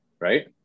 right